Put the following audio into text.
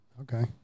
Okay